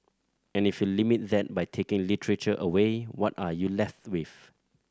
and if you limit that by taking literature away what are you left with